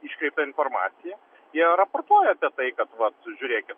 iškreiptą informaciją jie raportuoja apie tai kad vat žiūrėkit